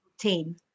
team